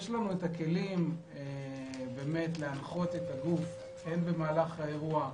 יש לנו הכלים להנחות את הגוף הן במהלך האירוע,